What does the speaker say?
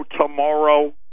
tomorrow